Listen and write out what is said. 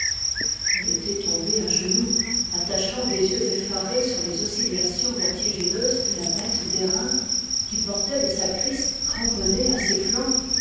elle était tombée à genoux attachant des yeux effarés sur les oscillations vertigineuses de la bête d'airain qui portait le sacriste cramponné à ses flancs